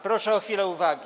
Proszę o chwilę uwagi.